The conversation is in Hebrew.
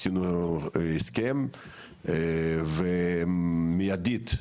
עשינו הסכם ומיידית,